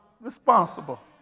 responsible